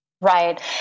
Right